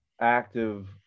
active